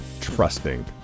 Trusting